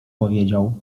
powiedział